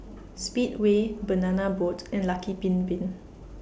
Speedway Banana Boat and Lucky Bin Bin